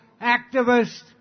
activists